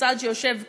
הצד שיושב כאן,